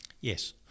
yes